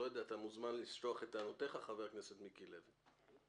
אתה מוזמן לשטוח את טענותיך, חבר הכנסת מיקי לוי.